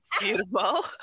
beautiful